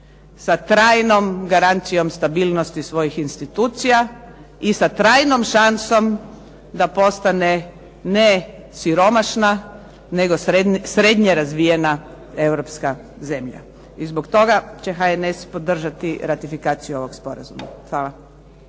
sa trajnom garancijom stabilnosti svojih institucija i sa trajnom šansom da postane ne siromašna nego srednje razvijena europska zemlja. I zbog toga će HNS podržati ratifikaciju ovog sporazuma.